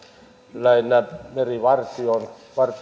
lähinnä merivartion